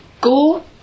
Go